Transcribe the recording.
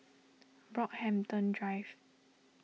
Brockhampton Drive